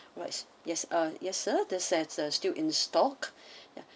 what's yes ah yes sir this has still in stock ya